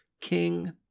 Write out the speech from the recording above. King